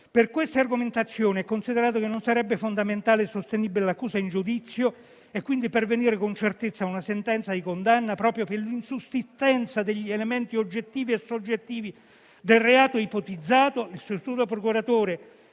Per queste argomentazioni e considerato che non sarebbe fondamentale e sostenibile l'accusa in giudizio e quindi pervenire con certezza a una sentenza di condanna, proprio per l'insussistenza degli elementi oggettivi e soggettivi del reato ipotizzato, il sostituto procuratore